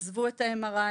עזבו את ה-MRI,